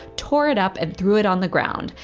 tore it up, and threw it on the ground.